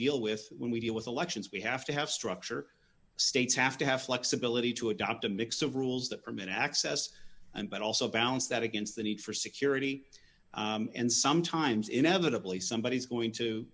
deal with when we deal with elections we have to have structure states have to have flexibility to adopt a mix of rules that permit access and but also balance that against the need for security and sometimes inevitably somebody is going to